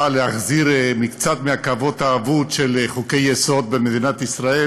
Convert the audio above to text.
באה להחזיר מקצת מהכבוד האבוד של חוקי-יסוד במדינת ישראל,